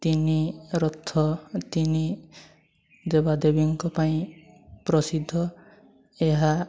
ତିନି ରଥ ତିନି ଦେବାଦେବୀଙ୍କ ପାଇଁ ପ୍ରସିଦ୍ଧ ଏହା